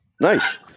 Nice